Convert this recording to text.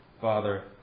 Father